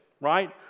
right